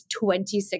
26